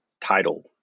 title